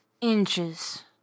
inches